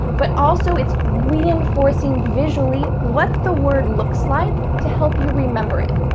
but also it's reinforcing visually what the word looks like, to help you remember it.